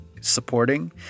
supporting